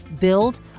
build